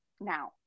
now